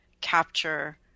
capture